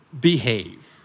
Behave